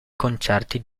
concerti